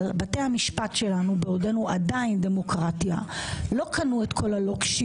אבל בתי המשפט שלנו - בעודנו עדיין דמוקרטיה - לא קנו את כל הלוקשים